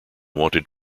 wanted